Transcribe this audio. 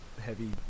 heavy